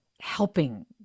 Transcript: helping